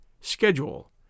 Schedule